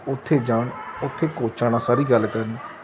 ਉੱਥੇ ਜਾਣ ਉੱਥੇ ਕੋਚਾਂ ਨਾਲ ਸਾਰੀ ਗੱਲ ਕਰਨ